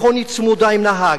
מכונית צמודה עם נהג,